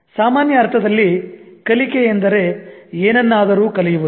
ಸಾಮಾನ್ಯ ಅರ್ಥದಲ್ಲಿ ಕಲಿಕೆ ಎಂದರೆ ಏನನ್ನಾದರೂ ಕಲಿಯುವುದು